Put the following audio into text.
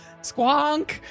squonk